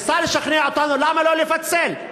ניסה לשכנע אותנו למה לא לפצל.